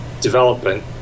development